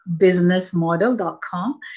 businessmodel.com